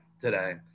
today